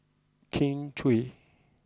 Kin Chui